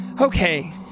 Okay